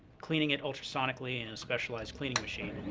cleaning it ultrasonically in a specialized cleaning machine,